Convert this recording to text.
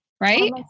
right